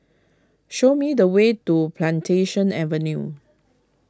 show me the way to Plantation Avenue